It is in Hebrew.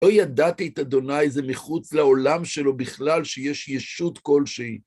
לא ידעתי את ה' זה מחוץ לעולם שלו בכלל שיש ישות כלשהי.